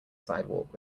sidewalk